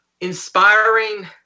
Inspiring